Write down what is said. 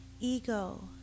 Ego